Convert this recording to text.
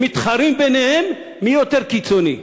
הם מתחרים ביניהם מי יותר קיצוני.